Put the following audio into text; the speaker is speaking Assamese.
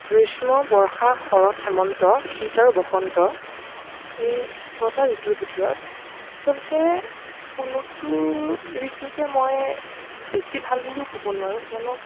গ্ৰীষ্ম বৰ্ষা শৰৎ হেমন্ত শীত আৰু বসন্ত এই ছটা ঋতুৰ ভিতৰত আচলতে কোনোটো ঋতুকে মই বেছি ভাল বুলিও ক'ব নোৱাৰো কিয়নো